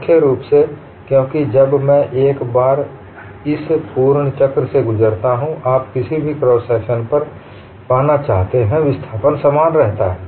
मुख्य रूप से क्योंकि जब मैं एक बार इस पूर्ण चक्र से गुजरता हूं आप किसी भी क्रॉस सेक्शन पर पाना चाहते हैं विस्थापन समान रहता है